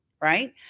Right